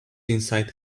inside